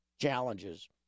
challenges